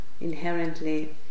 inherently